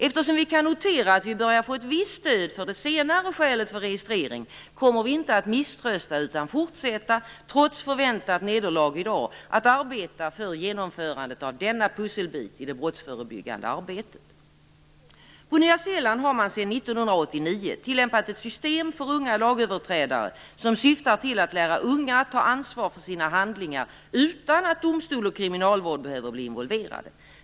Eftersom vi kan notera att vi börjar få ett visst stöd för det senare skälet för registrering kommer vi inte att misströsta utan fortsätta att arbeta för genomförandet av denna pusselbit i det brottsförebyggande arbetet, trots förväntat nederlag i dag. På Nya Zeeland har man sedan 1989 tillämpat ett system för unga lagöverträdare som syftar till att lära unga att ta ansvar för sina handlingar utan att domstol och kriminalvård behöver bli involverade.